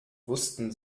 wussten